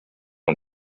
und